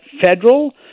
federal